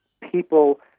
people